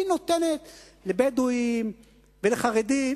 היא נותנת לבדואים ולחרדים.